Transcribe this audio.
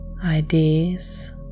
ideas